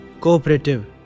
cooperative